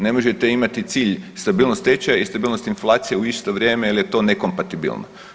Ne možete imati cilj stabilnost tečaja i stabilnost inflacije u isto vrijeme jel je to nekompatibilno.